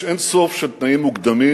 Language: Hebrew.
יש אין-סוף של תנאים מוקדמים